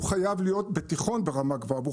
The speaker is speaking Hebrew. הוא חייב להיות בתיכון ברמה גבוהה והוא